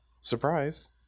Surprise